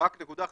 רק נקודה אחת.